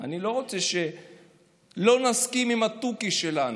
אני לא רוצה שלא נסכים עם התוכי שלנו.